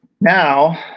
Now